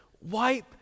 Wipe